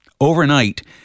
Overnight